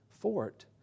fort